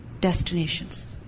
destinations